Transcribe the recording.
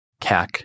CAC